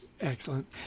Excellent